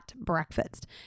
breakfast